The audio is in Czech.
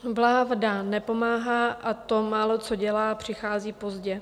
Vláda nepomáhá a to málo, co dělá, přichází pozdě.